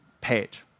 page